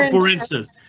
for instance,